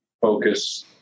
focus